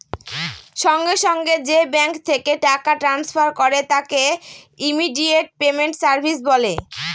সঙ্গে সঙ্গে যে ব্যাঙ্ক থেকে টাকা ট্রান্সফার করে তাকে ইমিডিয়েট পেমেন্ট সার্ভিস বলে